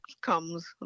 comes